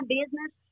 business –